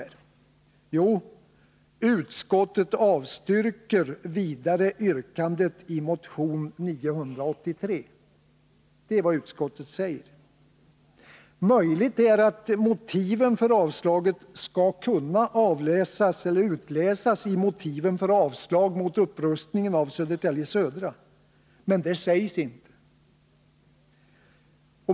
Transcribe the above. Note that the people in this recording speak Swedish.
Jo, följande: ”Utskottet avstyrker vidare yrkandet i motion 983.” Det är vad utskottet säger. Möjligt är att motiven för avslaget skall kunna utläsas ur motiven för avslag på förslaget om upprustning av Södertälje södra, men det sägs inte.